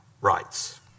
rights